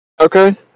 Okay